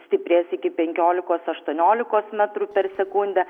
stiprės iki penkiolikos aštuoniolikos metrų per sekundę